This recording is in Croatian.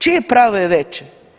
Čije pravo je veće?